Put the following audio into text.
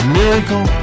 miracle